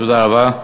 תודה רבה.